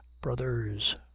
brothers